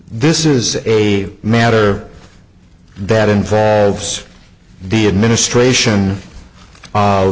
this is a matter that involves the administration